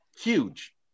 huge